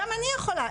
גם אני יכולה.